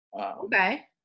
Okay